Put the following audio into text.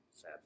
Sad